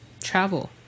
travel